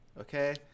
Okay